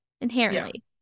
inherently